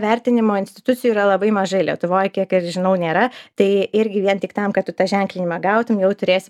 vertinimo institucijų yra labai mažai lietuvoj kiek aš žinau nėra tai irgi vien tik tam kad tą ženklinimą gautum jau turės